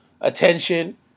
attention